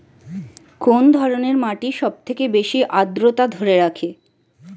কোন ধরনের মাটি সবথেকে বেশি আদ্রতা ধরে রাখে?